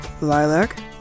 Lilac